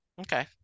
Okay